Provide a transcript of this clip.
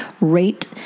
rate